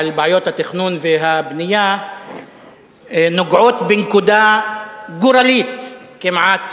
בעיות התכנון והבנייה נוגעת בנקודה גורלית כמעט